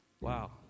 wow